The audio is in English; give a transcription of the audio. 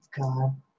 God